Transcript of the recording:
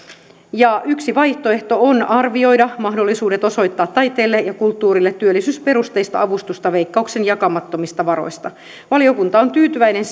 yksi vaihtoehto on arvioida mahdollisuudet osoittaa taiteelle ja kulttuurille työllisyysperusteista avustusta veikkauksen jakamattomista varoista valiokunta on tyytyväinen